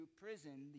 prison